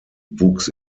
wuchs